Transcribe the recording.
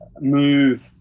Move